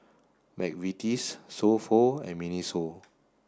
McVitie's So Pho and Miniso